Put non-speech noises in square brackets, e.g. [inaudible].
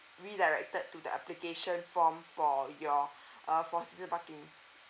redirected to the application form for your [breath] uh for season parking